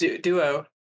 Duo